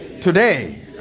Today